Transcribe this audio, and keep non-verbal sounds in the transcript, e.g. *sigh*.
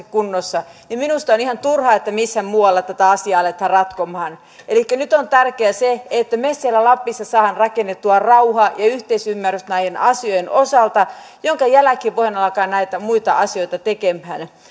*unintelligible* kunnossa minusta on ihan turhaa että missään muualla tätä asiaa aletaan ratkomaan nyt on tärkeää se että me siellä lapissa saamme rakennettua rauhan ja yhteisymmärryksen näiden asioiden osalta minkä jälkeen voidaan alkaa näitä muita asioita tekemään tämä riitatilanne